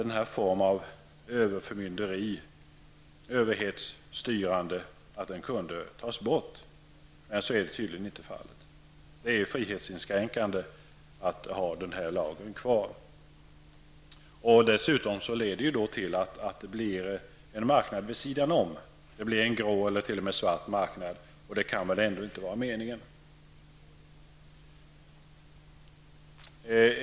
Den här formen av överförmynderi och överhetsstyrande borde tas bort. Men så blir tydligen inte fallet. Det är frihetsinskränkande att ha lagen kvar. Det leder till att det blir en marknad vid sidan om -- en grå eller t.o.m. svart marknad. Det kan väl ändå inte vara meningen.